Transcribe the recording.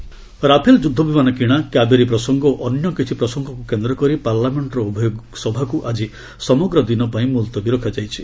parliament Rafale ଯୁଦ୍ଧ ବିମାନ କିଣା କାବେରୀ ପ୍ରସଙ୍ଗ ଓ ଅନ୍ୟ କିଛି ପ୍ରସଙ୍ଗକ୍ କେନ୍ଦ୍ର କରି ପାର୍ଲାମେଷ୍ଟର ଉଭୟ ସଭାକୁ ଆଜି ସମଗ୍ର ଦିନ ପାଇଁ ମୁଲତବୀ ରଖାଯାଇଛି